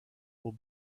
will